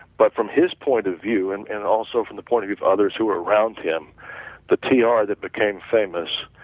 but from his point of view and and also from the point of view of others who are around him that t r. that became famous,